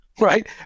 right